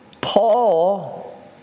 Paul